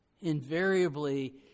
Invariably